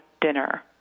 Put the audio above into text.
dinner